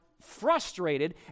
frustrated